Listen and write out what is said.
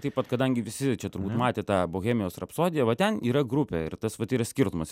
taip pat kadangi visi čia turbūt matė tą bohemijos rapsodiją va ten yra grupė ir tas vat yra skirtumas